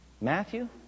Matthew